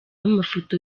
amafoto